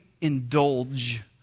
indulge